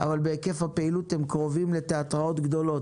אבל בהיקף הפעילות הם קרובים לתיאטראות גדולים.